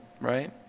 right